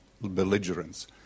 belligerents